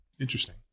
interesting